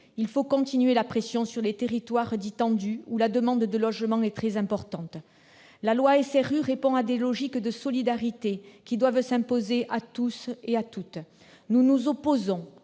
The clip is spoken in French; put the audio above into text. Il faut continuer la pression sur les territoires dits tendus, où la demande de logement est très importante. La loi SRU répond à des logiques de solidarité qui doivent s'imposer à toutes et tous. Nous nous opposerons